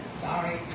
sorry